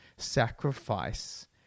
sacrifice